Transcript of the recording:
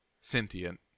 sentient